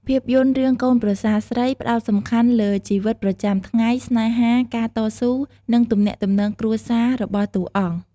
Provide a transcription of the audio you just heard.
ភាពយន្ត រឿង"កូនប្រសារស្រី" ផ្តោតសំខាន់លើ ជីវិតប្រចាំថ្ងៃ ស្នេហា ការតស៊ូ និងទំនាក់ទំនងគ្រួសារ របស់តួអង្គ។